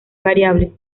variable